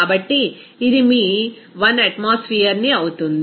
కాబట్టి ఇది మీ 1 అట్మాస్ఫియర్ ని అవుతుంది